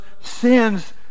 sins